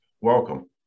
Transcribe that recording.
Welcome